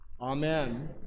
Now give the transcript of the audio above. Amen